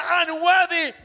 unworthy